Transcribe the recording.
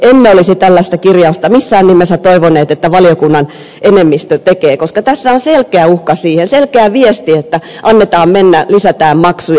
emme olisi tällaista kirjausta missään nimessä toivoneet että valiokunnan enemmistö tekee koska tässä on selkeä uhka selkeä viesti että annetaan mennä lisätään maksuja